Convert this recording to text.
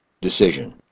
decision